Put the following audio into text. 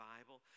Bible